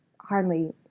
hardly